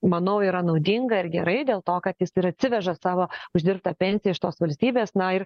manau yra naudinga ir gerai dėl to kad jis ir atsiveža savo uždirbtą pensiją iš tos valstybės na ir